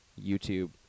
YouTube